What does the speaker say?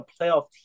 playoff